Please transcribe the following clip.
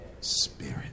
spirit